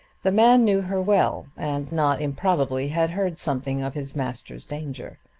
the man knew her well, and not improbably had heard something of his master's danger.